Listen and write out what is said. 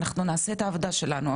אנחנו נעשה את העבודה שלנו,